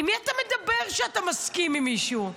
עם מי אתה מדבר כשאתה מסכים עם מישהו?